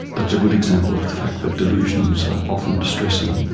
that's a good example of the fact that delusions are often distressing,